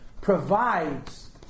provides